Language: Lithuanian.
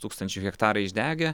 tūkstančių hektarai išdegę